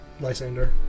Lysander